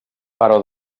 però